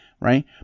right